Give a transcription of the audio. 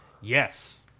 Yes